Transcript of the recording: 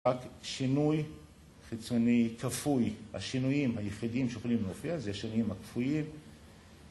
רק שינוי חיצוני כפוי השינויים היחידים שיכולים להופיע על זה, השינויים הכפויים